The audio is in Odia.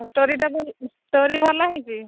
ଷ୍ଟୋରିଟା ଷ୍ଟୋରି ଭଲ ହେଇଛି